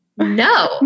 No